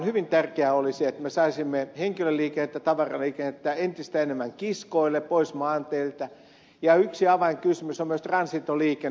hyvin tärkeää olisi että me saisimme henkilöliikennettä ja tavaraliikennettä entistä enemmän kiskoille pois maanteiltä ja yksi avainkysymys on myös transitoliikenne